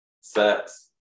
sex